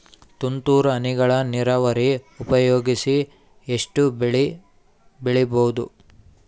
ತುಂತುರು ಹನಿಗಳ ನೀರಾವರಿ ಉಪಯೋಗಿಸಿ ಎಷ್ಟು ಬೆಳಿ ಬೆಳಿಬಹುದು?